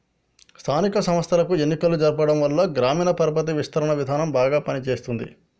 స్థానిక సంస్థలకు ఎన్నికలు జరగటంవల్ల గ్రామీణ పరపతి విస్తరణ విధానం బాగా పని చేస్తుంది